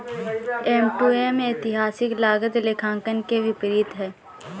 M to M ऐतिहासिक लागत लेखांकन के विपरीत है